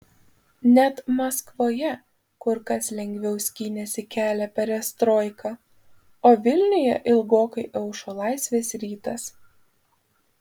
net maskvoje kur kas lengviau skynėsi kelią perestroika o vilniuje ilgokai aušo laisvės rytas